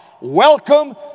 Welcome